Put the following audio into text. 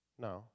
No